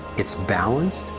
it's balanced,